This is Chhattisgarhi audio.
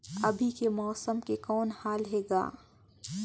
अभी के मौसम के कौन हाल हे ग?